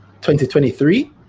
2023